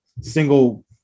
single